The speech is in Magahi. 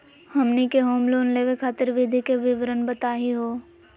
हमनी के होम लोन लेवे खातीर विधि के विवरण बताही हो?